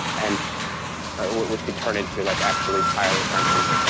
and but which could turn into like actually prior returns for you.